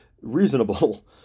reasonable